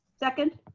second?